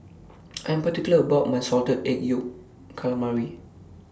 I Am particular about My Salted Egg Yolk Calamari